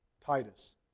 Titus